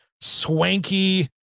swanky